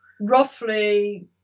roughly